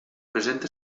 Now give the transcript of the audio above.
presenta